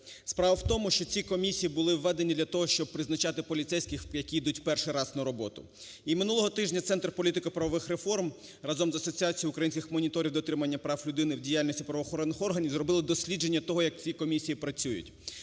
Справа в тому, що ці комісії були введені для того, щоб призначати поліцейських, які йдуть перший раз на роботу. І минулого тижня Центр політико правових реформ разом з Асоціацією українських моніторів дотримання прав людини в діяльності правоохоронних органах зробили дослідження того, як ці комісії працюють.